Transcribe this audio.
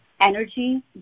energy